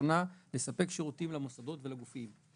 ובראשונה לספק שירותים למוסדות ולגופים.